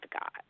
God